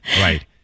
Right